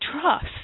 trust